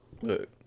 Look